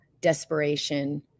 desperation